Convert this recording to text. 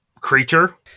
creature